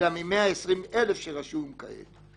אלא מ-120,000 שרשום כעת.